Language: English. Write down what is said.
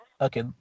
Okay